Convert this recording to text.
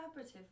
collaborative